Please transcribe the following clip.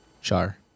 Char